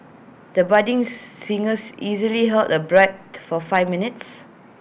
the budding singers easily held the breath for five minutes